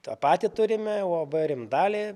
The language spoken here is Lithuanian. tą patį turime uab rimdalė